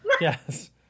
Yes